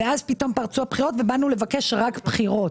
ואז פתאום פרצו בחירות ובאנו לבקש רק בחירות.